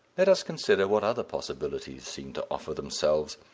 let us consider what other possibilities seem to offer themselves.